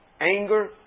Anger